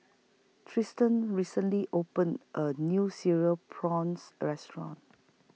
Triston recently opened A New Cereal Prawns Restaurant